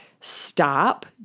stop